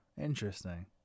Interesting